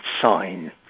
sign